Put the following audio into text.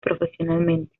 profesionalmente